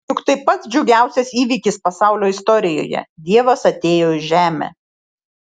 juk tai pats džiugiausias įvykis pasaulio istorijoje dievas atėjo į žemę